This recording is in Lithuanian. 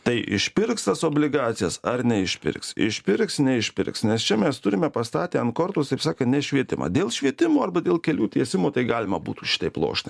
tai išpirks tas obligacijas ar neišpirks išpirks neišpirks nes čia mes turime pastatę ant kortos taip sakant ne švietimą dėl švietimo arba dėl kelių tiesimo tai galima būtų šitaip lošti